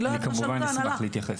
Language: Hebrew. אני כמובן אשמח להתייחס.